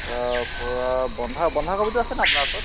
তাৰ পৰা বন্ধা বন্ধাকবিটো আছেনে আপোনাৰ ওচৰত